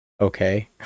Okay